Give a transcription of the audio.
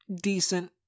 decent